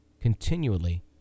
continually